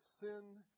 sin